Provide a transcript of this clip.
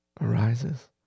arises